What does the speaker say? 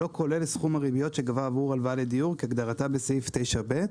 לא כולל סכום הריביות שגבה עבור הלוואה לדיור כהגדרתה בסעיף 9ב,